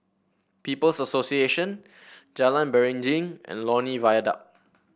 People's Association Jalan Beringin and Lornie Viaduct